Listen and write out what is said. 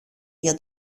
για